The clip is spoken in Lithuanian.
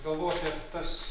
galvo apie tas